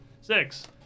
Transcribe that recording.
Six